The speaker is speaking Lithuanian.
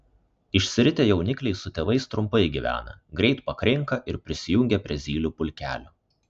išsiritę jaunikliai su tėvais trumpai gyvena greit pakrinka ir prisijungia prie zylių pulkelių